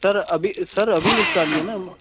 سر ابھی سر ابھی نپٹا لیے نا